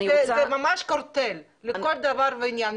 זה ממש קרטל לכל דבר ועניין.